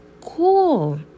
cool